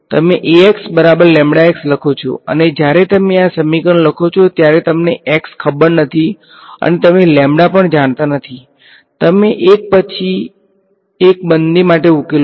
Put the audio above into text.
તમે લખો છો અને જ્યારે તમે આ સમીકરણ લખો છો ત્યારે તમને x ખબર નથી અને તમે પણ જાણતા નથી તમે એક પછી એક બંને માટે ઉકેલો